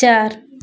चार